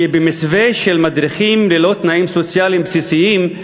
שבמסווה של מדריכים ללא תנאים סוציאליים בסיסיים,